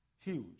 Huge